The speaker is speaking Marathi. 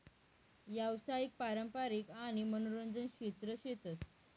यावसायिक, पारंपारिक आणि मनोरंजन क्षेत्र शेतस